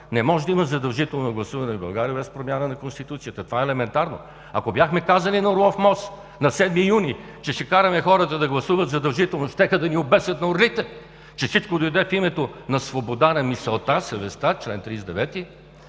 не може да има задължително гласуване в България, без промяна на Конституцията. Това е елементарно. Ако бяхме казали на Орлов мост на 7 юни, че ще караме хората да гласуват задължително, щяха да ни обесят на орлите! Че всичко дойде в името на свободата на мисълта, съвестта – чл. 39,